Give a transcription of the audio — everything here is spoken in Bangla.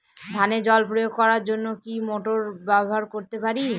ধানে জল প্রয়োগ করার জন্য কি মোটর ব্যবহার করতে পারি?